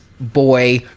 boy